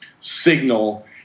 signal